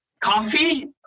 coffee